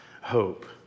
hope